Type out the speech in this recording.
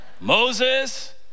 Moses